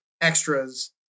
extras